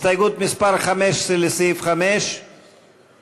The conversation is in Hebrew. של קבוצת סיעת הרשימה המשותפת,